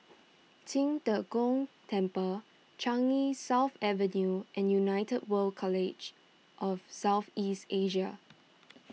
Qing De Gong Temple Changi South Avenue and United World College of South East Asia